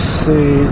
see